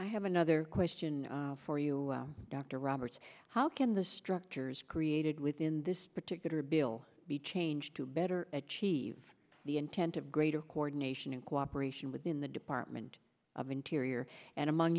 i have another question for you dr roberts how can the structures created within this particular bill be changed to better achieve the intent of greater coordination and cooperation within the department of interior and among